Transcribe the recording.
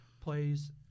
plays